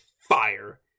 fire